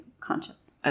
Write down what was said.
conscious